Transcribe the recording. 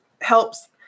helps